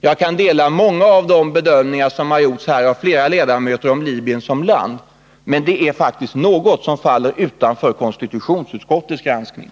Jag kan dela många av de bedömningar som flera ledamöter här har gjort om Libyen som land, men det är faktiskt något som faller utanför konstitutionsutskottets granskning.